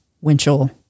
Winchell